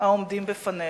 העומדים בפנינו.